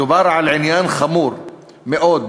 מדובר על עניין חמור מאוד,